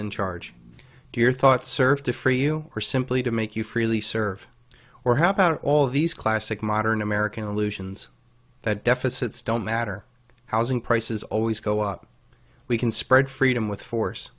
in charge do your thoughts serve to free you or simply to make you freely serve or how about all these classic modern american allusions that deficits don't matter housing prices always go up we can spread freedom with force